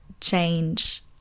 change